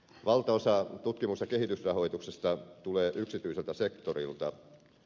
valtaosa tutkimus ja kehitysrahoituksesta tulee yksityiseltä sektorilta